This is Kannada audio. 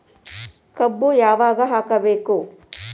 ಕಬ್ಬು ಯಾವಾಗ ಹಾಕಬೇಕು?